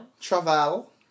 Travel